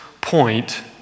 point